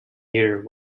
year